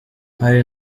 hari